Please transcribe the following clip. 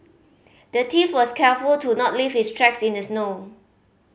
the thief was careful to not leave his tracks in the snow